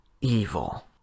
evil